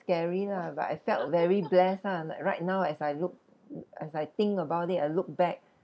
scary lah but I felt very blessed ah like right now as I look as I think about it I look back